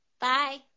Bye